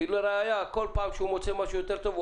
כי כל פעם שמוצא משהו יותר טוב,